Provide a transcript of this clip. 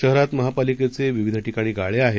शहरात महापालिकेचं विविध ठिकाणी गाळे आहेत